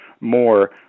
more